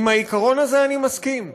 לעיקרון הזה אני מסכים,